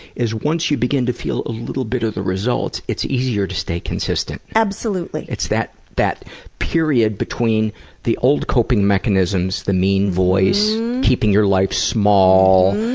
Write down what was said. is once you begin to feel a little bit of the results, it's easier to stay consistent. it's that that period between the old coping mechanisms, the mean voice, keeping your life small,